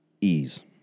ease